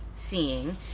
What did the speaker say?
seeing